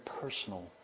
personal